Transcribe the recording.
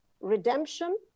redemption